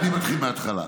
אני מתחיל מהתחלה.